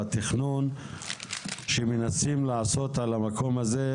בתכנון שמנסים לעשות על המקום הזה,